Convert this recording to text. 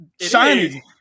shiny